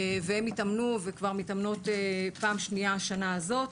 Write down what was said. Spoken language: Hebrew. והן מתאמנות כבר פעם שנייה השנה הזאת.